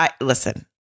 Listen